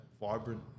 vibrant